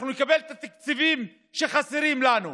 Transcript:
אנחנו נקבל את התקציבים שחסרים לנו,